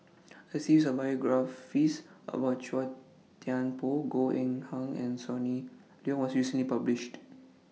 A series of biographies about Chua Thian Poh Goh Eng Han and Sonny Liew was recently published